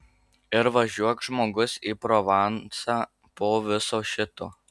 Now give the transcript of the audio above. ir važiuok žmogus į provansą po viso šito